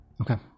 Okay